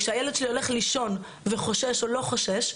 כשהילד שלי הולך לישון וחושש או לא חושש,